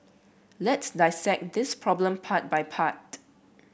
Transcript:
let's dissect this problem part by part